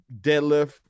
deadlift